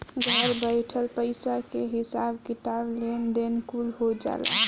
घर बइठल पईसा के हिसाब किताब, लेन देन कुल हो जाला